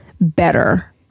better